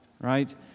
right